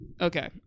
Okay